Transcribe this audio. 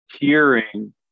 hearing